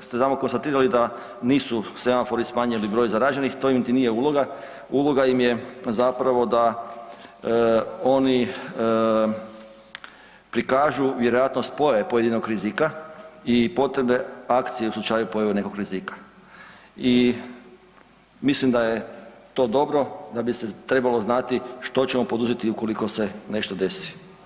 ste tamo konstatirali da nisu semafori smanjili broj zaraženih, to im niti nije uloga, uloga im je zapravo da oni prikažu vjerojatnost pojave pojedinog rizika i potrebe akcije u slučaju pojave nekog rizika i mislim da je to dobro da bi se trebalo znati što ćemo poduzeti ukoliko se nešto desi.